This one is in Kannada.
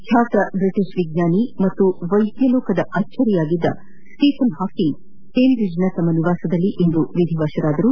ಖ್ಯಾತ ಬ್ರಿಟಿಷ್ ವಿಜ್ಞಾನಿ ಮತ್ತು ವೈದ್ಯ ಲೋಕದ ಅಚ್ಚರಿಯಾಗಿದ್ದ ಸ್ವೀಫನ್ ಹಾಕಿಂಗ್ ಕೇಂಬ್ರಿಡ್ಜ್ನ ತಮ್ಮ ನಿವಾಸದಲ್ಲಿ ಇಂದು ವಿಧಿವಶರಾಗಿದ್ದಾರೆ